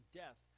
death